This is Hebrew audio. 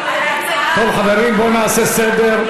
טוב, חברים, בואו נעשה סדר.